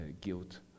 guilt